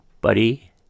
Buddy